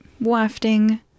wafting